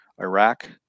Iraq